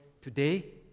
today